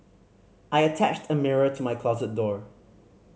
I attached a mirror to my closet door